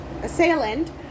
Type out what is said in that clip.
assailant